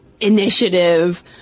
initiative